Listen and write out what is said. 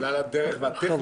בגלל הדרך והטכניקה,